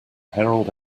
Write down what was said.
herald